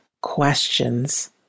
questions